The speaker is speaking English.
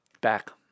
Back